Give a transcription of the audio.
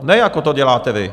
Ne jako to děláte vy.